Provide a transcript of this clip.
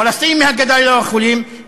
פלסטינים מהגדה לא יכולים,